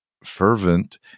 fervent